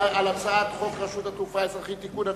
על הצעת חוק רשות התעופה האזרחית (תיקון),